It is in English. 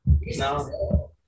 No